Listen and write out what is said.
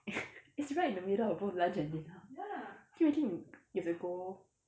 it's right in the middle of both lunch and dinner can you imagine you you have to go